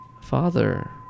Father